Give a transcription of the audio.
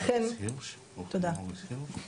אז כאן אנחנו רואים את מחוזות המשטרה,